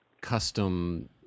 custom